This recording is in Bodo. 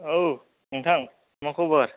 औ नोंथां मा खबर